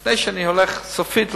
לפני שאני הולך להודיע סופית,